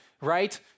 right